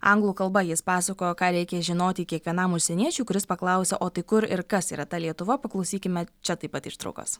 anglų kalba jis pasakojo ką reikia žinoti kiekvienam užsieniečiui kuris paklausia o tai kur ir kas yra ta lietuva paklausykime čia taip pat ištraukos